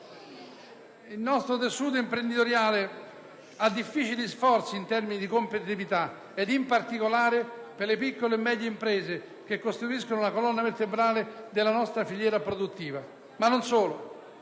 il nostro tessuto imprenditoriale a difficili sforzi in termini di competitività, in particolare per le piccole e medie imprese che costituiscono la colonna vertebrale della nostra filiera produttiva. Ma non solo.